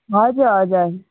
हजुर हजुर